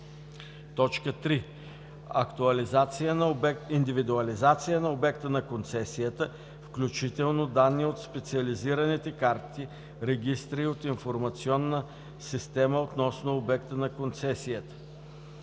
обхват; 3. индивидуализация на обекта на концесията, включително данни от специализираните карти, регистри и от информационна система относно обекта на концесия;